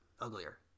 uglier